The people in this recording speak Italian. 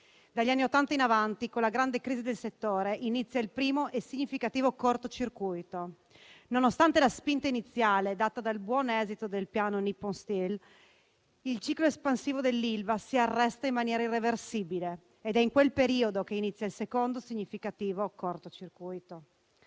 Dagli anni Ottanta in avanti, con la grande crisi del settore, inizia il primo e significativo corto circuito. Nonostante la spinta iniziale data dal buon esito del piano Nippon Steel, il ciclo espansivo dell'Ilva si arresta in maniera irreversibile ed è in quel periodo che inizia il secondo significativo corto circuito.